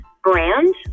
brand